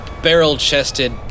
barrel-chested